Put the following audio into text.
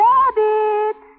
Rabbit